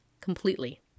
completely